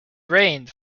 reigned